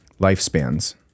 lifespans